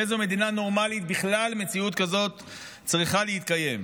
באיזו מדינה נורמלית מציאות כזאת בכלל צריכה להתקיים?